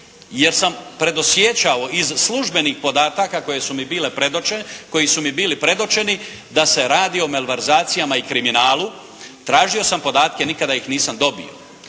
jer sam predosjećao iz službenih podataka koje su mi bile predočene, koji su mi bili predočeni da se radi o malverzacijama i kriminalu. Tražio sam podatke, nikada ih nisam dobio.